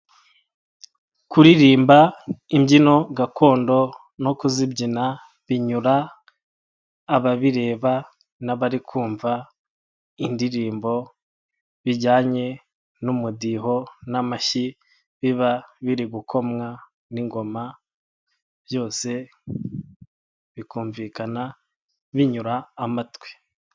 Kuririmba imbyino gakondo no kuzibyina binyura ababireba n'abari kumva indirimbo bijyanye n'umudiho n'amashyi biba biri gukomwa n'ingoma byose bikumvikana binyura amatwi.